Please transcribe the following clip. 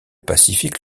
pacifique